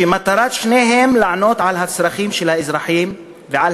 שמטרת שתיהן לענות על הצרכים של האזרחים ועל